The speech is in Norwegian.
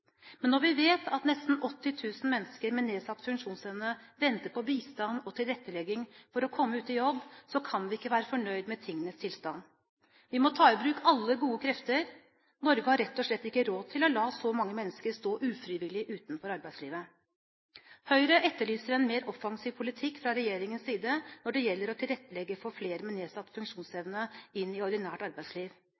Men når vi vet at nesten 80 000 mennesker med nedsatt funksjonsevne venter på bistand og tilrettelegging for å komme ut i jobb, kan vi ikke være fornøyd med tingenes tilstand. Vi må ta i bruk alle gode krefter. Norge har rett og slett ikke råd til å la så mange mennesker stå ufrivillig utenfor arbeidslivet. Høyre etterlyser en mer offensiv politikk fra regjeringens side når det gjelder å tilrettelegge for flere med nedsatt